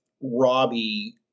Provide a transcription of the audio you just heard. Robbie